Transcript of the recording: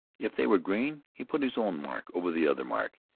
if they were green, he put his own mark over the other mark,